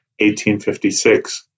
1856